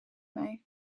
mij